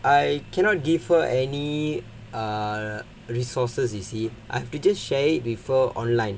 I cannot give her any err resources you see I have to just share it with her online